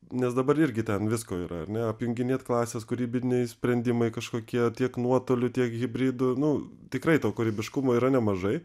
nes dabar irgi ten visko yra ar ne apjunginėt klases kūrybiniai sprendimai kažkokie tiek nuotoliu tiek hibridu nu tikrai to kūrybiškumo yra nemažai